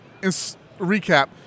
recap